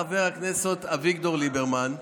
חבר הכנסת אביגדור ליברמן,